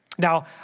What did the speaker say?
Now